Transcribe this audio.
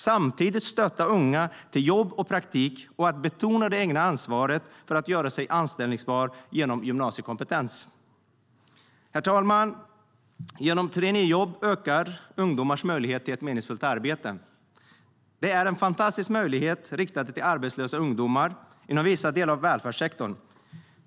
Samtidigt bör man stötta unga till jobb och praktik och betona det egna ansvaret för att genom gymnasiekompetens göra sig anställbar. Herr talman! Genom traineejobb ökar ungdomars möjlighet till ett meningsfullt arbete. Det är en fantastisk möjlighet riktad till arbetslösa ungdomar inom vissa delar av välfärdssektorn.